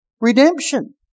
redemption